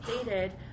stated